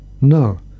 No